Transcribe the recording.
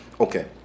okay